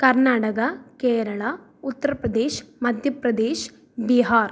Karnataka Kerala Uttar Pradesh Madhya Pradesh Bihar